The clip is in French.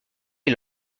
les